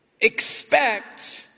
Expect